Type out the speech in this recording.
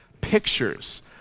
pictures